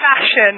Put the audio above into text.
fashion